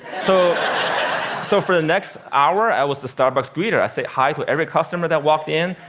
so so for the next hour i was the starbucks greeter. i said hi to every customer that walked in,